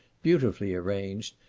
beautifully arranged,